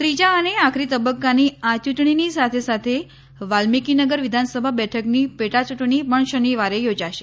ત્રીજા અને આખરી તબ્બકાની આ યૂંટણીની સાથે સાથે વાલ્મિકીનગર વિધાનસભા બેઠકની પેટાચૂંટણી પણ શનિવારે યોજાશે